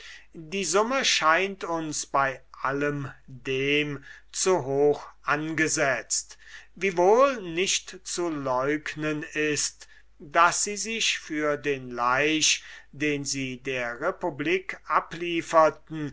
die summe scheint uns bei allem dem zu hoch angesetzt wiewohl nicht zu leugnen ist daß sie sich für den laich den sie der republik ablieferten